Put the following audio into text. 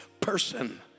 Person